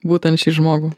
būtent šį žmogų